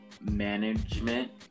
management